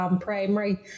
primary